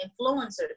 influencers